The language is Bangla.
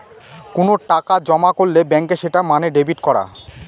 কোনো টাকা জমা করলে ব্যাঙ্কে সেটা মানে ডেবিট করা